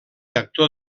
actor